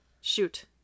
shoot